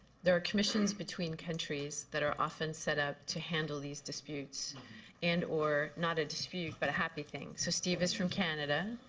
there are commissions between countries that are often set up to handle these disputes and or not a dispute but a happy thing. so steve is from canada,